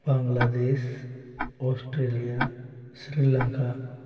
Bangladesh Australia Sri Lanka